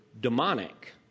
demonic